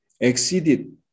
exceeded